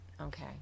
Okay